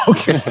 Okay